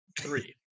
three